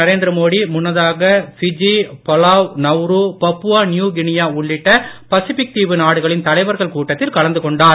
நரேந்திர மோடி முன்னதாக Fiji Palau Nauru Papua New Guinea உள்ளிட்ட Pacific தீவு நாடுகளின் தலைவர்கள் கூட்டத்தில் கலந்து கொண்டார்